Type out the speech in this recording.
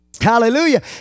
hallelujah